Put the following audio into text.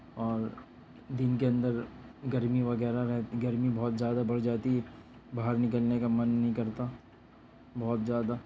اور دن کے اندر گرمی وغیرہ رہ گرمی بہت زیادہ بڑھ جاتی ہے باہر نکلنے کا من نہیں کرتا بہت زیادہ